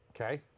Okay